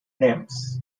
names